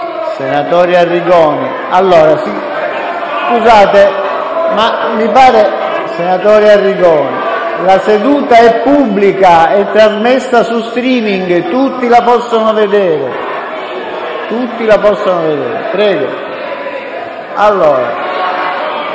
Senatore Arrigoni! La seduta è pubblica, è trasmessa in *streaming* e tutti la possono vedere.